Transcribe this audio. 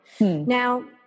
Now